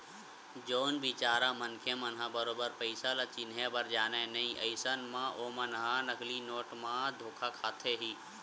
जउन बिचारा मनखे मन ह बरोबर पइसा ल चिनहे बर जानय नइ अइसन म ओमन ह नकली नोट म धोखा खाथे ही